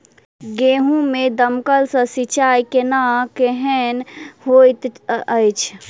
गेंहूँ मे दमकल सँ सिंचाई केनाइ केहन होइत अछि?